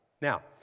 Now